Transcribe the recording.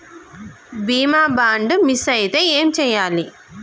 బీమా bond miss అయితే ఏం చేయాలి?